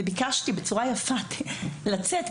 ביקשתי בצורה יפה לצאת,